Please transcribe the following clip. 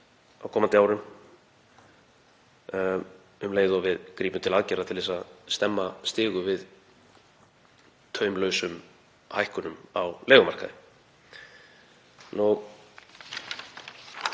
á komandi árum um leið og við grípum til aðgerða til að stemma stigu við taumlausum hækkunum á leigumarkaði. Í